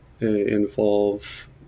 involve